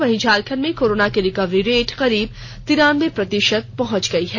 वहीं झारखंड में कोरोना की रिकवरी रेट करीब तिरानवें प्रतिशत पहुंच गई है